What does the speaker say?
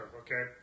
okay